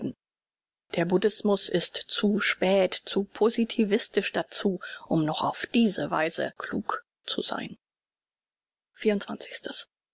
der buddhismus ist zu spät zu positivistisch dazu um noch auf diese weise klug zu sein